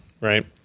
right